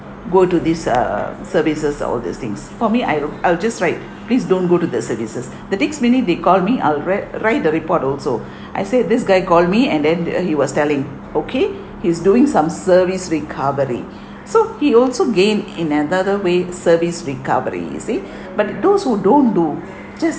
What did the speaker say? go to this err services all these things for me I'll I'll just write please don't go to the services the next minute they call me I'll write write the report also I say this guy called me and then uh he was telling okay he's doing some service recovery so he also gained in another way service recovery you see but those who don't do just